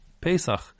Pesach